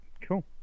cool